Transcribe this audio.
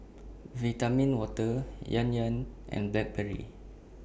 Vitamin Water Yan Yan and Blackberry